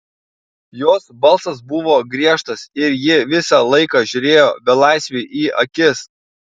jos balsas buvo griežtas ir ji visą laiką žiūrėjo belaisviui į akis